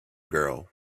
girl